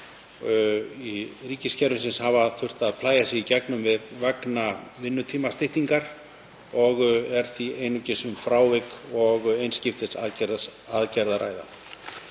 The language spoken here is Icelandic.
ríkiskerfisins hafa þurft að plægja sig í gegnum vegna vinnutímastyttingar og er því einungis um frávik og einskiptisaðgerð að ræða.